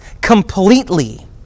completely